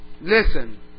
Listen